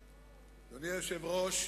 אדוני היושב-ראש,